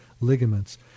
ligaments